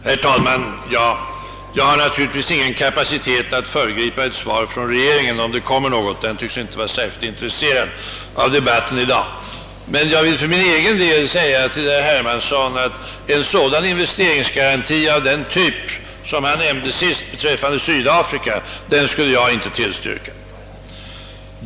Herr talman! Jag har naturligtvis ingen möjlighet att föregripa ett svar från regeringen, om det kommer något — den tycks inte vara särskilt intresserad av dagens debatt. För egen del vill jag emellertid säga herr Hermansson att jag inte skulle tillstyrka en investeringsgaranti av den typ han talade om beträffande Sydafrika.